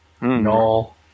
No